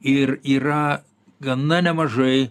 ir yra gana nemažai